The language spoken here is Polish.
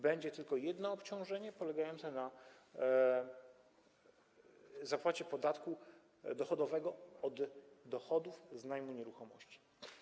Będzie tylko jedno obciążenie polegające na zapłacie podatku dochodowego od dochodów z najmu nieruchomości.